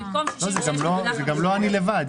זה גם לא אני לבד.